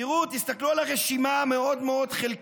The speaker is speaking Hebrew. תראו, תסתכלו על הרשימה המאוד-מאוד-חלקית